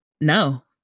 no